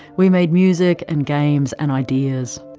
we made music and games and ideas.